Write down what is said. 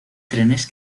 trenes